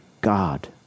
God